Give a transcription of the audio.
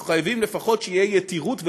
אנחנו חייבים לפחות שיהיו יתירות וביטחון,